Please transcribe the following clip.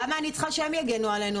למה אני צריכה שהם יגנו עלינו?